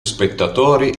spettatori